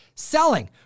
selling